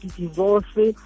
divorce